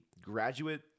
graduate